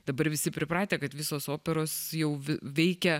dabar visi pripratę kad visos operos jau veikia